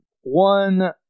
One